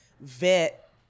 vet